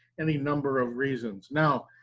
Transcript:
any number of reasons. now,